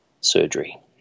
surgery